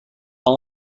how